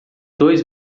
dois